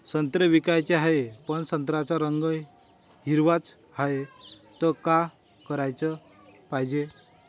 संत्रे विकाचे हाये, पन संत्र्याचा रंग हिरवाच हाये, त का कराच पायजे?